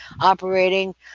operating